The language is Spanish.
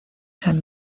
san